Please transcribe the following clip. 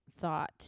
thought